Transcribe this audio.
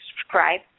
subscribe